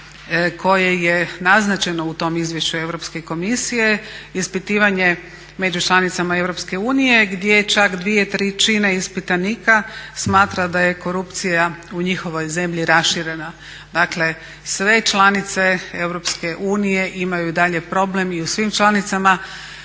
koje je naznačeno u tom izvješću Europske komisije ispitivanje među članicama EU gdje čak 2/3 ispitanika smatra da je korupcija u njihovoj zemlji raširena. Dakle sve članice EU imaju dalje problem i u svim članicama